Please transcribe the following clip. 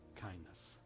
Kindness